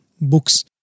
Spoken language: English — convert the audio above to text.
books